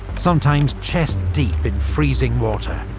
sometimes chest-deep in freezing water,